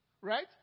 right